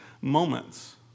moments